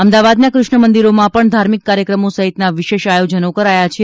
અમદાવાદના કૃષ્ણમંદિરોમાં પણ ધાર્મિક કાર્યક્રમો સહિતના વિશેષ આયોજનો કરાયા છે